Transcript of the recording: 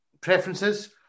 preferences